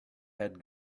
had